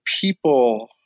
people